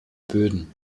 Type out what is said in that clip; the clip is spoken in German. böden